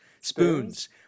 Spoons